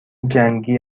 جنگی